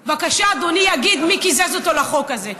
בבקשה, אדוני יגיד מי קיזז אותו בחוק הזה.